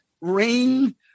Rain